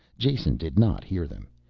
jason did not hear them,